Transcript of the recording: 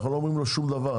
אנחנו לא אומרים לו שום דבר,